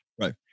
Right